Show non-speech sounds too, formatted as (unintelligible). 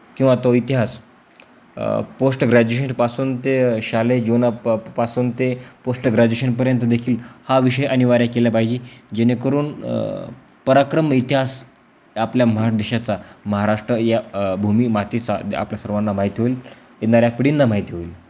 किंवा तो इतिहास पोस्ट (unintelligible) पासून ते शालेय जीवना प पासून ते पोस्ट ग्रॅज्युएशनपर्यंत देखील हा विषय अनिवार्य केला पाहिजे जेणेकरून पराक्रम इतिहास आपल्या मह देशाचा महाराष्ट्र या भूमी मातीचा आपल्या सर्वांना माहिती होईल येणाऱ्या पिढींना माहिती होईल